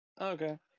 okay